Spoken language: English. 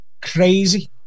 Crazy